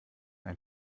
ein